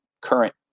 current